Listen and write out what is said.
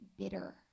bitter